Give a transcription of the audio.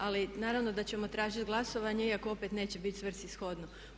Ali naravno da ćemo tražit glasovanje iako opet neće bit svrsishodno.